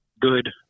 good